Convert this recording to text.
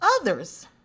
others